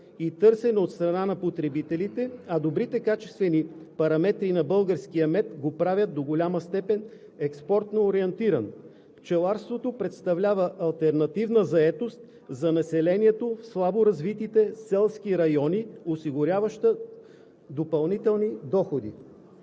и търсене от страна на потребителите, а добрите качествени параметри на българския мед го правят до голяма степен експортно ориентиран. Пчеларството представлява алтернативна заетост за населението в слаборазвитите селски райони, осигуряваща допълнителни доходи.“